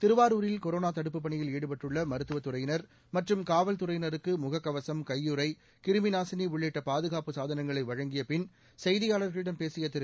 திருவாரூரில் கொரோனா தடுப்புப் பணியில் ஈடுபட்டுள்ள மருத்துவத் துறையினர் மற்றும் காவல்துறையினருக்கு முகக்கவசம் கையுறை கிருமி நாசினி உள்ளிட்ட பாதுகாப்பு சாதனங்களை வழங்கிய பின் செய்தியாளர்களிடம் பேசிய திரு